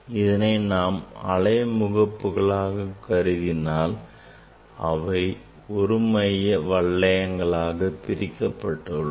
இதனை நாம் அலைமுகப்புகளாக கருதினால் அவை ஒரு மைய வளையங்களாக பிரிக்கப்பட்டுள்ளன